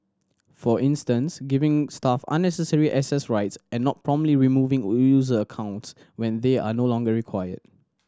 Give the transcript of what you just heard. for instance giving staff unnecessary access rights and not promptly removing user accounts when they are no longer required